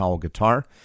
guitar